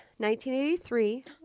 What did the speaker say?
1983